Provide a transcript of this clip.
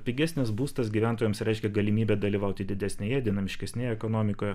pigesnis būstas gyventojams reiškia galimybę dalyvauti didesnėje dinamiškesnėje ekonomikoje